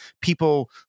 people